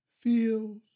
feels